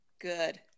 Good